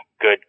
good